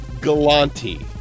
Galanti